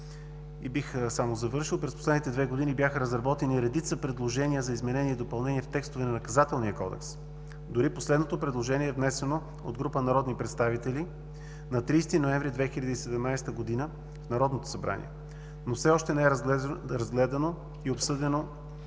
И бих завършил: през последните две години бяха разработени редица предложения за изменение и допълнение в текстовете на Наказателния кодекс дори последното предложение е внесено от група народни представители на 30 ноември 2017 г. в Народното събрание, но все още не е разгледано и обсъдено